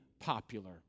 popular